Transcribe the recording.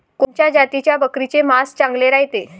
कोनच्या जातीच्या बकरीचे मांस चांगले रायते?